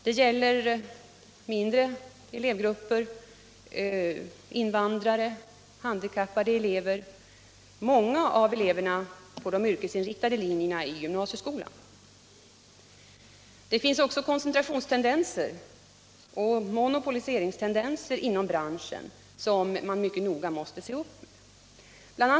Det gäller mindre elevgrupper, t.ex. invandrare och handikappade elever samt många av eleverna på de yrkesinriktade linjerna i gymnasieskolan. Vidare finns det koncentrationsoch monopoliseringstendenser inom branschen, vilket man mycket noga måste se upp med. Bl.